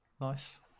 Nice